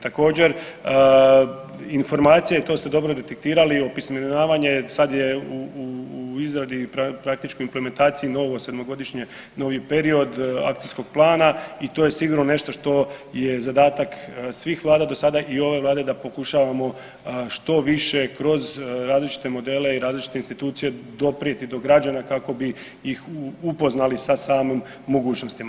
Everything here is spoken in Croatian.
Također, informacije i to ste dobro detektirali, opismenjavanje, sad je u izradi, praktički u implementaciji novo 7-godišnje, novi period akcijskog plana i to je sigurno nešto što je zadatak svih Vlada do sada i ove Vlade da pokušavamo što više kroz različite modele i različite institucije doprijeti do građana kako bih ih upoznali sa samom mogućnostima.